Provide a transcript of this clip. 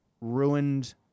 ruined